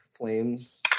Flames